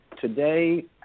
Today